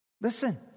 Listen